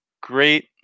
great